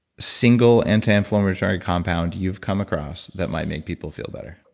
single anti-inflammatory compound you've come across that might make people feel better?